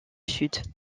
sud